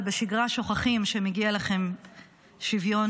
אבל בשגרה שוכחים שמגיע לכם שוויון,